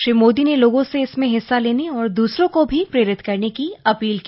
श्री मोदी ने लोगों से इसमें हिस्सा लेने और दूसरों को भी प्रेरित करने की अपील की